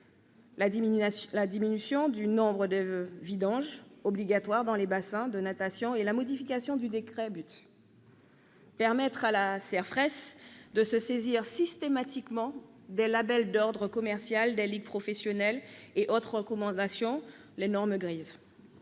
la diminution du nombre de vidanges obligatoires dans les bassins de natation et la modification du décret « buts ». Permettre à la CERFRES de se saisir systématiquement des labels d'ordre commercial des ligues professionnelles et autres recommandations, les « normes grises